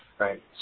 Right